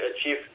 achieve